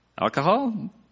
Alcohol